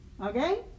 okay